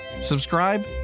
Subscribe